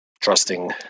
trusting